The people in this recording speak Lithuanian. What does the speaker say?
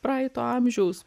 praeito amžiaus